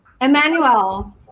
Emmanuel